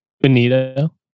Benito